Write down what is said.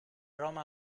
roma